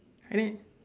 and then